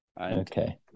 Okay